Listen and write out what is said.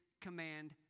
command